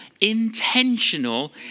intentional